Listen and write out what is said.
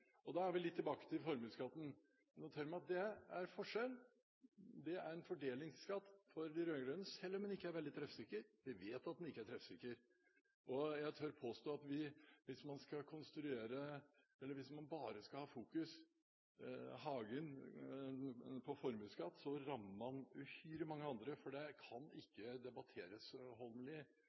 og da er vi tilbake ved formuesskatten. Jeg noterer meg at det er en forskjell. Det er en fordelingsskatt for de rød-grønne, selv om den ikke er veldig treffsikker – vi vet at den ikke er treffsikker. Jeg tør påstå at hvis man bare fokuserer på formuesskatt, rammer man uhyre mange andre. For det kan ikke debatteres,